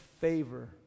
favor